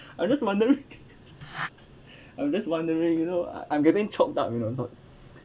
I'm just wondering I'm wondering you know I'm getting choked up you know not